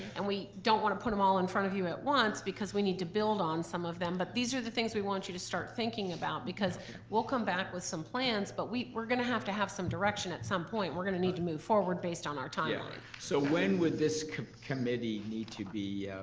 and we don't wanna put em all in front of you at once, because we need to build on some of them. but these are the things we want you to start thinking about, because we'll come back with some plans, but we're gonna have to have some direction at some point. we're gonna need to move forward based on our timeline. so when would this committee need to be